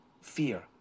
Fear